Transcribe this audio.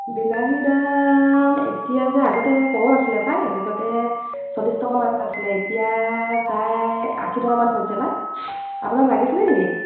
বিলাহীৰ দাম এতিয়া যে আগতে কম আছিলে পাই আগতে চল্লিছ টকামান আছিলে এতিয়া প্ৰায় আশী টকামান হৈছে পাই আপোনাক লাগিছিলে নেকি